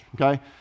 Okay